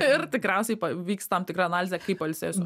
ir tikriausiai pa vyks tam tikra analizė kai pailsėsiu